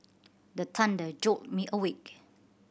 the thunder jolt me awake